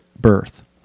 birth